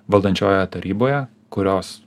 valdančiojoje taryboje kurios